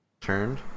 Turned